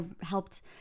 helped